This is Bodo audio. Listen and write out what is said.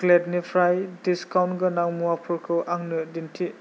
ग्लेडनिफ्राय डिसकाउन्ट गोनां मुवाफोरखौ आंनो दिन्थि